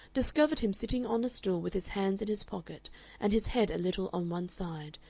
discovered him sitting on a stool with his hands in his pockets and his head a little on one side,